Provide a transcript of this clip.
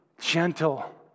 gentle